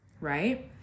Right